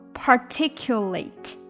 particulate